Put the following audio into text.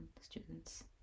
students